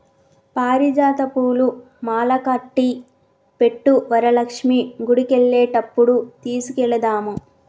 పారిజాత పూలు మాలకట్టి పెట్టు వరలక్ష్మి గుడికెళ్లేటప్పుడు తీసుకెళదాము